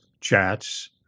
chats